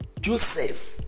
Joseph